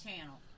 channel